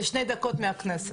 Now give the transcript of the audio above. זה שתי דקות מהכנסת.